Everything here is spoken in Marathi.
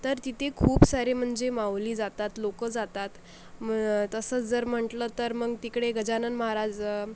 तर तिथे खूप सारे म्हणजे माऊली जातात लोकं जातात तसंच जर म्हटलं तर मग तिकडे गजानन महाराज